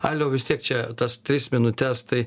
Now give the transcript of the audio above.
aliau vis tiek čia tas tris minutes tai